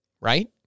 Right